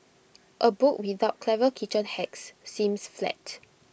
A book without clever kitchen hacks seems flat